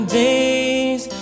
days